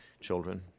children